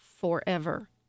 forever